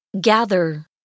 Gather